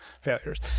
failures